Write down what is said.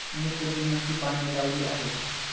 मी पुदिन्याची पाने लावली आहेत